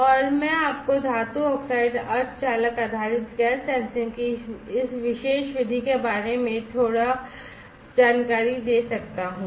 और मैं आपको धातु ऑक्साइड अर्धचालक आधारित गैस सेंसिंग की इस विशेष विधि के बारे में थोड़ी जानकारी दे सकता हूं